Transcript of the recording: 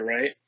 right